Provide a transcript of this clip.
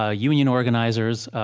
ah union organizers.